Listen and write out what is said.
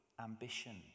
Ambition